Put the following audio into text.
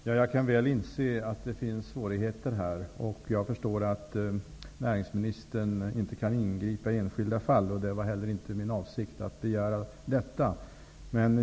Fru talman! Jag kan inse att det finns svårigheter. Jag förstår att näringsministern inte kan ingripa i enskilda fall. Det var inte heller min avsikt att begära det.